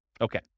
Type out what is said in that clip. Okay